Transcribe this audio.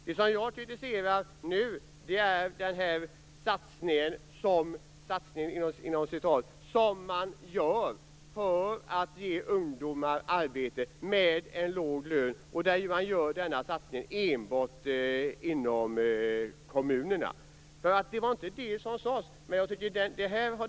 Det som jag nu kritiserar är den "satsning" som man gör enbart inom kommunerna för att ge ungdomar arbete med en låg lön. Detta överensstämmer inte med vad som tidigare sades.